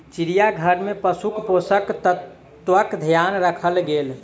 चिड़ियाघर में पशुक पोषक तत्वक ध्यान राखल गेल